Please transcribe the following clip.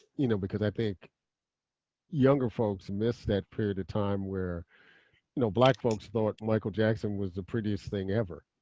you know because i think younger folks missed that period of time where you know black folks thought michael jackson was the prettiest thing ever.